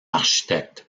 architecte